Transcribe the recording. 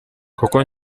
kuko